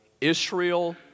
Israel